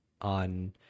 on